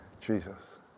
Jesus